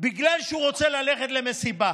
בגלל שהוא רוצה ללכת למסיבה